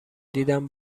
دیدم